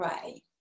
pray